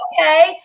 Okay